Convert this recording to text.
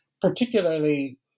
particularly